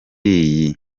iyi